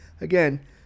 again